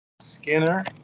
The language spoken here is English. Skinner